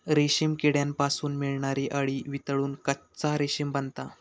रेशीम किड्यांपासून मिळणारी अळी वितळून कच्चा रेशीम बनता